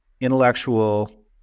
intellectual